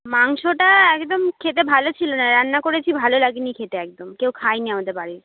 মাংসটা একদম খেতে ভালো ছিলোনা রান্না করেছি ভালো লাগেনি খেতে একদম কেউ খায়নি আমাদের বাড়ির